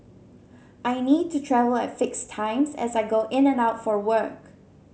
I need to travel at fixed times as I go in and out for work